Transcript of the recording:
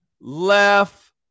left